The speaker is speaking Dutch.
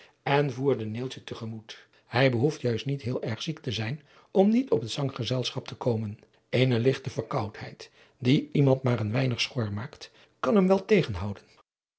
voerde neeltje te gemoet hij behoeft juist niet heel erg ziek te zijn om niet op het zanggezelschap te komen eene ligte verkoudheid die iemand maar een weinig schor maakt kan hem wel terughouden